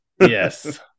Yes